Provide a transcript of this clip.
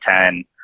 Ten